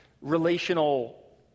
relational